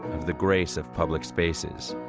of the grace of public spaces.